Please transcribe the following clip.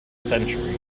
century